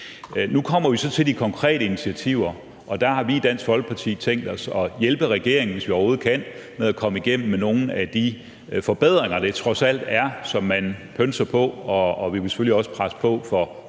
Nu kommer vi så til de konkrete initiativer, og der har vi i Dansk Folkeparti tænkt os at hjælpe regeringen, hvis vi overhovedet kan, med at komme igennem med nogle af de forbedringer, det trods alt er, man pønser på, og vi vil selvfølgelig også presse på for